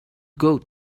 goat